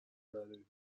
نداریم